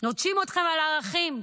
נוטשים אתכם על ערכים,